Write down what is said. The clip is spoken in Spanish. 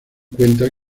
cuenta